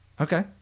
Okay